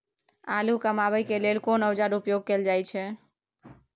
आलू कमाबै के लेल कोन औाजार उपयोग कैल जाय छै?